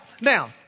Now